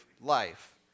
life